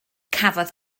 cafodd